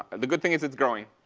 and the good thing is it's growing.